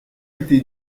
été